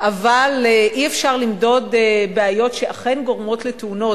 אבל אי-אפשר למדוד בעיות שאכן גורמות לתאונות,